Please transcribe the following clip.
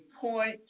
point